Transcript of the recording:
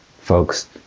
folks